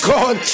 God